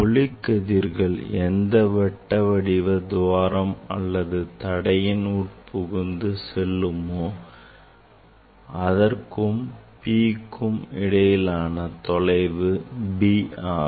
ஒளிக்கதிர்கள் எந்த வட்ட வடிவ துவாரம் அல்லது தடையின் உட்புகுந்து செல்லுமோ அதற்கும் Pக்கும் இடையிலான தொலைவு b ஆகும்